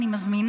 הנושא הבא